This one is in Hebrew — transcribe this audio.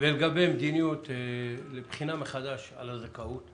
לגבי בחינה מחדש על הזכאות?